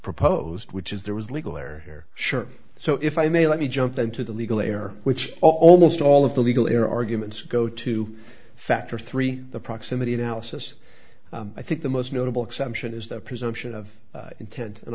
proposed which is there was legal or hair shirt so if i may let me jump into the legal air which almost all of the legal air arguments go to factor three the proximity analysis i think the most notable exception is the presumption of intent and